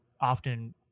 often